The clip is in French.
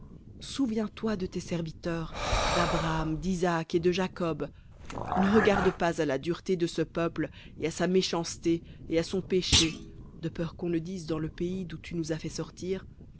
souviens-toi de tes serviteurs d'abraham d'isaac et de jacob ne regarde pas à la dureté de ce peuple et à sa méchanceté et à son péché de peur qu'on ne dise dans le pays d'où tu nous as fait sortir